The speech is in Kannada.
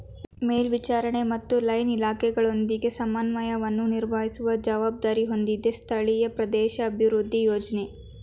ಮೇಲ್ವಿಚಾರಣೆ ಮತ್ತು ಲೈನ್ ಇಲಾಖೆಗಳೊಂದಿಗೆ ಸಮನ್ವಯವನ್ನು ನಿರ್ವಹಿಸುವ ಜವಾಬ್ದಾರಿ ಹೊಂದಿದೆ ಸ್ಥಳೀಯ ಪ್ರದೇಶಾಭಿವೃದ್ಧಿ ಯೋಜ್ನ